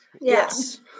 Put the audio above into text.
Yes